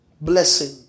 blessing